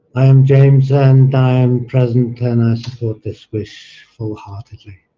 i am james and i am present, and i support this wish full-heartedly.